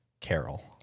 Carol